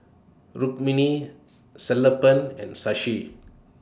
Rukmini Sellapan and Sashi